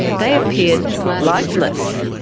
they appeared lifeless.